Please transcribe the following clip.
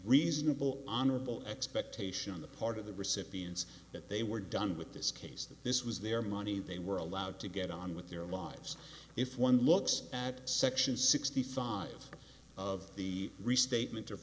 reasonable honorable expectation on the part of the recipients that they were done with this case that this was their money they were allowed to get on with their lives if one looks at section sixty five of the restatement of